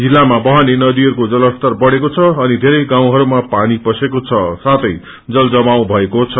जिल्लाामा बहने नदीहरूको जलस्तर बढ़ेको छ अनि धेरै गाउँहरूमा पानी पसेको छ साथे जलजमात भएको छ